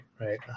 right